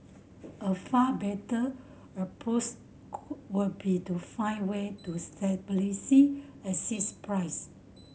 a far better approach were be to find way to stabilising assist price